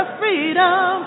freedom